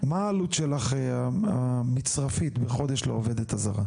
מה העלות המצרפית שלך בחודש לעובדת הזרה?